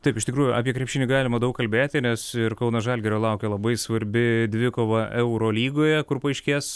taip iš tikrųjų apie krepšinį galima daug kalbėti nes ir kauno žalgirio laukia labai svarbi dvikova eurolygoje kur paaiškės